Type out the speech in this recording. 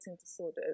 disorders